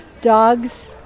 dogs